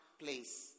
place